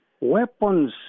weapons